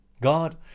God